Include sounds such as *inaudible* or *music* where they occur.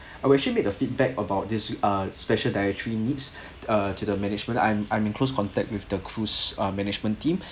I will actually made a feedback about this ah special dietary needs *breath* uh to the management I'm I'm in close contact with the cruise ah management team